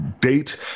date